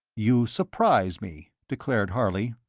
you surprise me, declared harley.